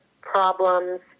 problems